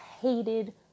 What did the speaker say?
hated